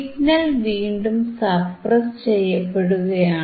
signal വീണ്ടും suppress ചെയ്യപ്പെടുകയാണ്